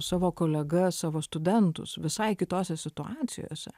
savo kolegas savo studentus visai kitose situacijose